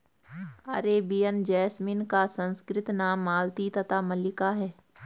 Arabian jasmine का संस्कृत नाम मालती तथा मल्लिका है